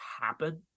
happen